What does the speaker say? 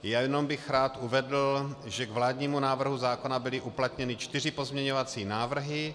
Jenom bych rád uvedl, že k vládnímu návrhu zákona byly uplatněny čtyři pozměňovací návrhy.